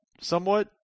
somewhat